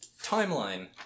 timeline